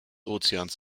ozeans